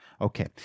Okay